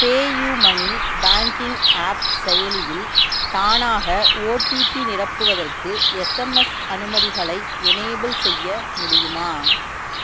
PayUmoney banking app செயலியில் தானாக OTP நிரப்புவதற்கு எஸ்எம்எஸ் அனுமதிகளை எனேபிள் செய்ய முடியுமா